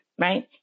Right